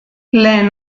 lehen